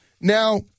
now